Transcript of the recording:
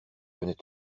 venais